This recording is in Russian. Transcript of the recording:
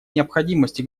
необходимости